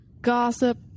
gossip